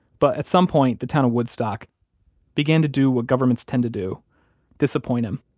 but at some point the town of woodstock began to do what governments tend to do disappoint him.